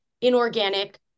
inorganic